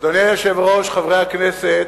אדוני היושב-ראש, חברי הכנסת,